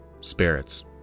spirits